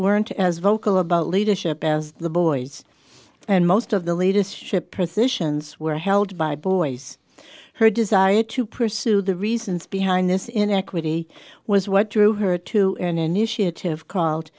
weren't as vocal about leadership as the boys and most of the latest ship rescissions were held by boys her desire to pursue the reasons behind this inequity was what drew her to an initiative called